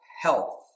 health